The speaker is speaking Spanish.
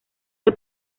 del